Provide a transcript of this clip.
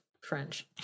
French